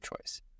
choice